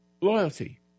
loyalty